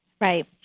Right